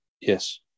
yes